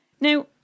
Now